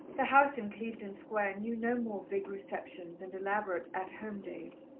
the house in clevedon square knew no more big receptions and elaborate at home days,